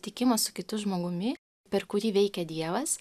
tikimo su kitu žmogumi per kurį veikia dievas